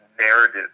narrative